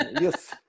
yes